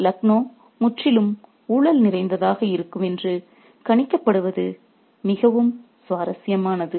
லக்னோ முற்றிலும் ஊழல் நிறைந்ததாக இருக்கும் என்று கணிக்கப்படுவது மிகவும் சுவாரஸ்யமானது